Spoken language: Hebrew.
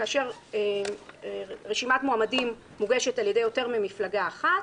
כאשר רשימת מועמדים מוגשת על ידי יותר ממפלגה אחת,